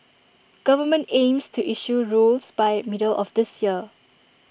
government aims to issue rules by middle of this year